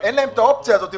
אבל אין להם את האופציה הזאת.